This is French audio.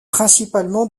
principalement